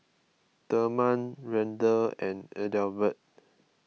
therman Randell and Adelbert